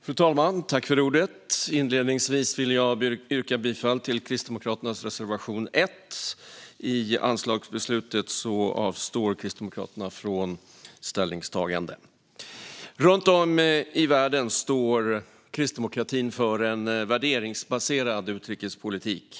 Fru talman! Inledningsvis vill jag yrka bifall till Kristdemokraternas reservation 1. I anslagsbeslutet avstår Kristdemokraterna från ställningstagande. Runt om i världen står kristdemokratin för en värderingsbaserad utrikespolitik.